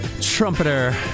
trumpeter